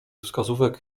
wskazówek